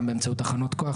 גם באמצעות תחנות כוח,